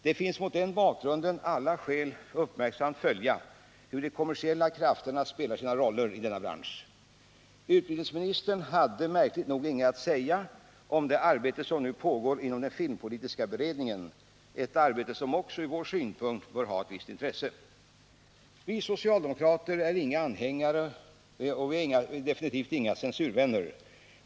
Det finns mot den bakgrunden alla skäl att uppmärksamt följa hur de kommersiella krafterna spelar sina roller i denna bransch. Utbildningsministern hade märkligt nog inget att säga om det arbete som pågår inom den filmpolitiska beredningen — ett arbete som också ur vår synpunkt bör ha ett visst intresse. Vi socialdemokrater är definitivt inga censurvänner.